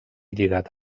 lligat